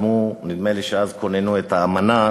נדמה לי שאז כוננו את האמנה,